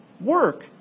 Work